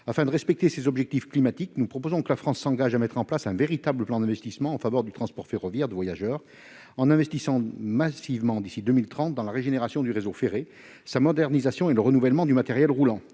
Afin de respecter nos objectifs climatiques, nous proposons que la France s'engage à mettre en place un véritable plan d'investissement en faveur du transport ferroviaire de voyageurs. D'ici à 2030, elle doit investir massivement dans la régénération du réseau ferré, sa modernisation et le renouvellement du matériel roulant.